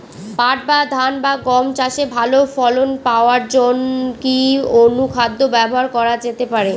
পাট বা ধান বা গম চাষে ভালো ফলন পাবার জন কি অনুখাদ্য ব্যবহার করা যেতে পারে?